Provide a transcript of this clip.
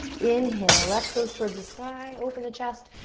inhale, left toes towards the sky. open the chest.